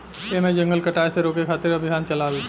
एमे जंगल कटाये से रोके खातिर अभियान चलता